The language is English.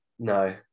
no